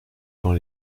dans